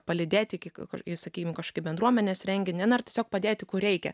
palydėti iki kur į sakykim kažkokį bendruomenės renginį na ir tiesiog padėti kur reikia